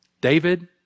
David